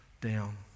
down